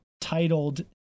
titled